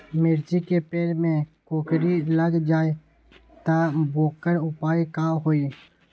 मिर्ची के पेड़ में कोकरी लग जाये त वोकर उपाय का होई?